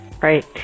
Right